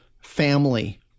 family